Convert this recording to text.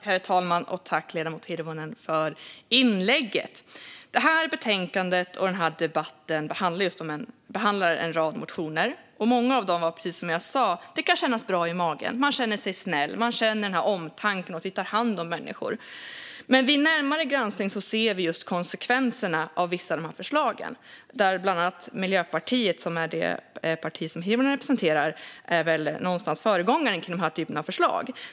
Herr talman! Tack, ledamoten Hirvonen, för inlägget! I betänkandet och debatten här behandlas en rad motioner. Många av dem kan, precis som jag sa, kännas bra i magen. Man känner sig snäll. Man känner omtanken - att vi tar hand om människor. Men vid närmare granskning ser vi konsekvenserna av vissa av förslagen från bland andra Miljöpartiet. Det är det parti som Hirvonen representerar och som väl någonstans är föregångaren när det gäller den här typen av förslag.